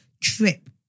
Trip